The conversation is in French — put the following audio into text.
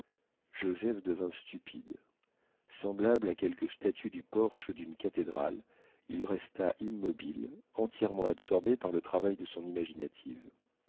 joseph devint stupide semblable à quelque statue du porche d'une cathédrale il resta immobile entièrement absorbé par le travail de son imaginative